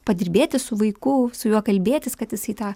padirbėti su vaiku su juo kalbėtis kad jisai tą